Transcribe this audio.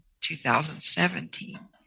2017